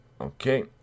okay